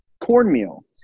cornmeal